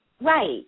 Right